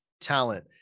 talent